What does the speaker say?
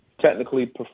technically